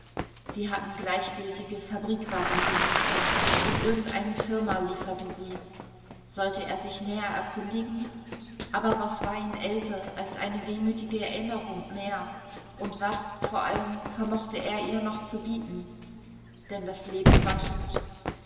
sie hatten gleichgültige fabrikwarengesichter und irgendeine firma lieferte sie sollte er sich näher erkundigen aber was war ihm else als eine wehmütige erinnerung mehr und was vor allem vermochte er ihr noch zu bieten denn das leben war tot